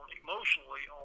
emotionally